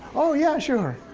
oh yeah sure.